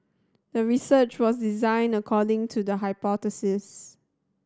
the research was designed according to the hypothesis